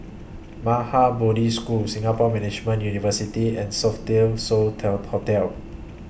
Maha Bodhi School Singapore Management University and Sofitel So Tell Hotel